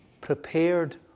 prepared